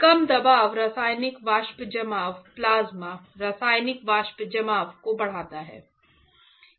LPCVD PECVD कम दबाव रासायनिक वाष्प जमाव प्लाज्मा रासायनिक वाष्प जमाव को बढ़ाता है